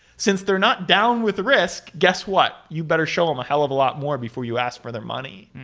since they're not down with the risk, guess what? you'd better show them a hell of a lot more before you ask for their money.